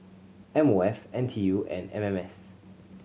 M O F N T U and M M S